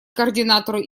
координатору